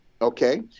okay